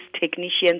technicians